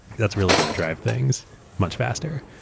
that's really going to drive things much faster.